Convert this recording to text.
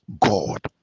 God